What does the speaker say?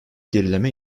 gerileme